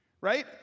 right